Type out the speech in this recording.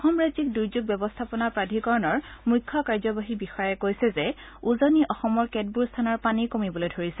অসম ৰাজ্যিক দুৰ্যোগ ব্যৱস্থাপনা প্ৰাধিকৰণৰ মুখ্য কাৰ্যবাহী বিষয়াই কৈছে যে উজনী অসমৰ কেতবোৰ স্থানৰ পানী কমিবলৈ ধৰিছে